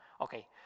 okay